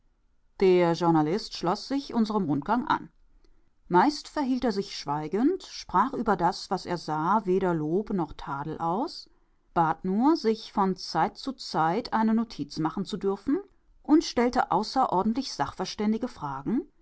der journalist schloß sich unserem rundgang an meist verhielt er sich schweigend sprach über das was er sah weder lob noch tadel aus bat nur sich von zeit zu zeit eine notiz machen zu dürfen und stellte außerordentlich sachverständige fragen